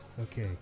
Okay